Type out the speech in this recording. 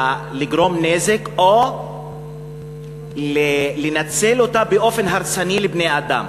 לגרום נזק, או לנצל אותה באופן הרסני לבני-אדם.